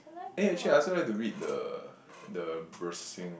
eh actually I also like to read the the